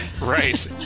Right